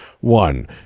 One